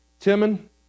Timon